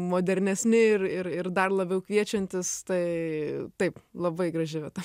modernesni ir ir ir dar labiau kviečiantis tai taip labai graži vieta